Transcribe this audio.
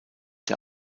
der